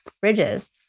bridges